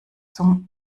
zum